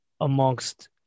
amongst